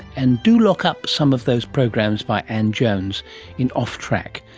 and do look up some of those programs by ann jones in off track,